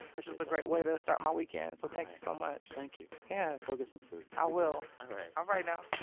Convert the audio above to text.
which was a great way to start my weekend. so thank you so much thank you yes go get some food i will all right now